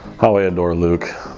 how i adore luke,